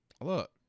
Look